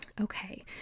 Okay